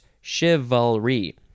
chivalry